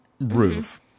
roof